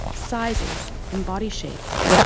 sizes, and body shapes,